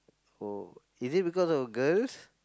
oh is it because of girls